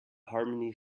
harmony